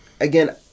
Again